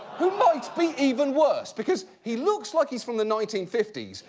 who might be even worse. because he looks like he's from the nineteen fifty s,